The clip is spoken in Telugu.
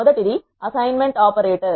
మొదటిది అసైన్మెంట్ ఆపరేటర్